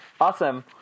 Awesome